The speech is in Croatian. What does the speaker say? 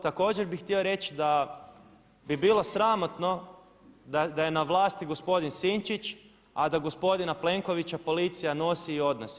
Također bih htio reći da bi bilo sramotno da je na vlasti gospodin Sinčić a da gospodina Plenkovića nosi i odnosi.